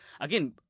again